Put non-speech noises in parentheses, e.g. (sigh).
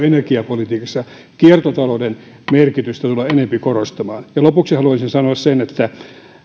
(unintelligible) energiapolitiikassa kiertotalouden merkitystä tulla enempi korostamaan lopuksi haluaisin sanoa sen että